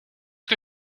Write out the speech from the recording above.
que